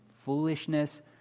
foolishness